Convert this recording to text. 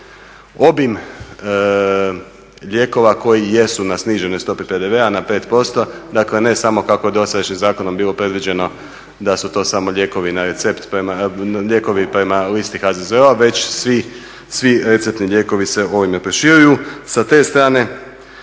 obim lijekova koji jesu na sniženoj stopi PDV-a na 5%. Dakle, ne samo kako je dosadašnjim zakonom bilo predviđeno da su to samo lijekovi na recept, lijekovi prema listi HZZO-a već svi receptni lijekovi se ovime proširuju.